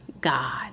God